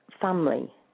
family